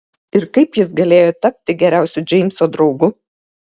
ir kaip jis galėjo tapti geriausiu džeimso draugu